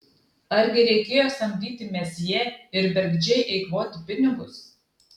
argi reikėjo samdyti mesjė ir bergždžiai eikvoti pinigus